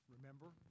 Remember